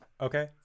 Okay